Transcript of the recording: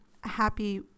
happy